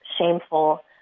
shameful